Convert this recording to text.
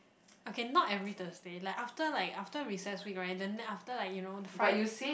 okay not every Thursday like after like after recess week right then after like you know the Fri